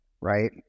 right